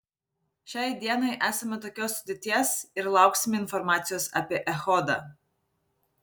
šiai dienai esame tokios sudėties ir lauksime informacijos apie echodą